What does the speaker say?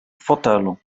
fotelu